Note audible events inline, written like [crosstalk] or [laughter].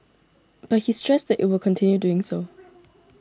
but he stressed that it will consider doing so [noise]